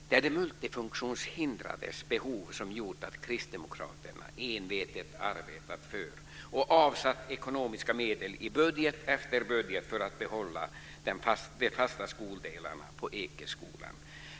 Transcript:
Det är de multifunktionshindrades behov som gjort att Kristdemokraterna envetet har arbetat för och avsatt ekonomiska medel i budget efter budget för att behålla den fasta skoldelen på Ekeskolan.